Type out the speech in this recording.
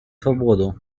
свободу